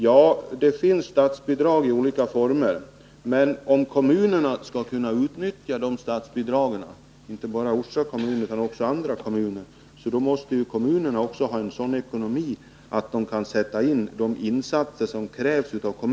Ja, det finns statsbidrag i olika former, men om kommunerna skall kunna utnyttja de statsbidragen — det gäller inte bara Orsa kommun utan även andra kommuner — måste kommunerna också ha en sådan ekonomi att de kan göra de insatser som krävs av dem.